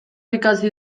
ikasi